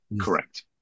Correct